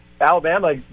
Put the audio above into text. Alabama